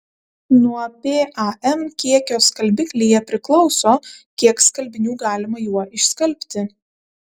nuo pam kiekio skalbiklyje priklauso kiek skalbinių galima juo išskalbti